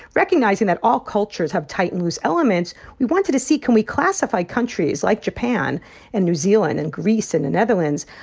recognizing that all cultures have tight and loose elements we wanted to see, can we classify countries, like japan and new zealand and greece and the netherlands,